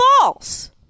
false